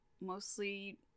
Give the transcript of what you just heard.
mostly